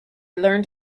learned